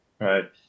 right